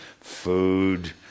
food